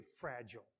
fragile